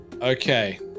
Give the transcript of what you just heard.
Okay